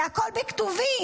זה הכול בכתובים,